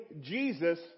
Jesus